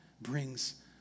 brings